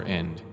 end